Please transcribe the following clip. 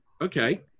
okay